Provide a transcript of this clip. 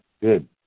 good